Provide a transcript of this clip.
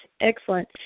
Excellent